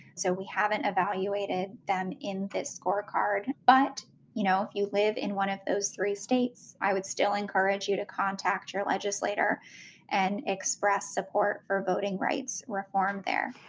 so we haven't evaluated them in this scorecard, but you know if you live in one of those three states, i would still encourage you to contact your legislator and express support for voting rights reform there.